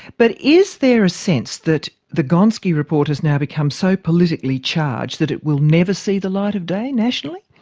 but is there a sense that the gonski report has now become so politically charged that it will never see the light of day nationally?